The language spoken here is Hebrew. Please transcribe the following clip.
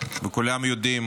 וכולם יודעים